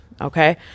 okay